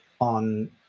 on